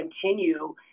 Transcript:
continue